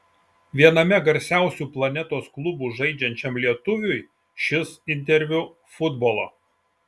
viename garsiausių planetos klubų žaidžiančiam lietuviui šis interviu futbolo